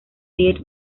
death